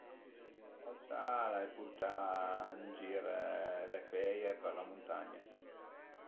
Üna volta l'ai purtà ën gir le feie për la muntagna